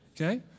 Okay